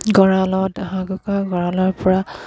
গঁৰালত হাঁহ কুকুৰা গঁৰালৰপৰা